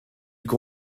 are